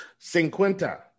cinquenta